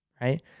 right